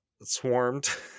Swarmed